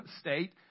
state